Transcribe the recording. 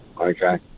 Okay